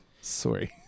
sorry